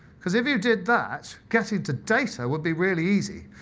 because if you did that, getting to data would be really easy.